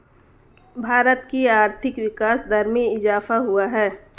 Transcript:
भारत की आर्थिक विकास दर में इजाफ़ा हुआ है